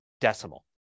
decimal